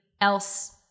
else